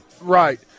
Right